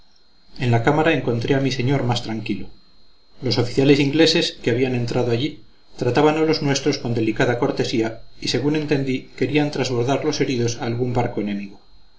en la cámara encontré a mi señor más tranquilo los oficiales ingleses que habían entrado allí trataban a los nuestros con delicada cortesía y según entendí querían trasbordar los heridos a algún barco enemigo